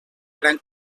gran